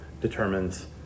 determines